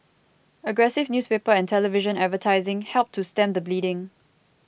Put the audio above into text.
aggressive newspaper and television advertising helped to stem the bleeding